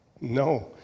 No